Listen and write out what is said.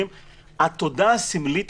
התודה הסמלית,